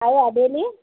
আৰু আবেলি